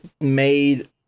made